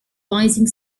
rising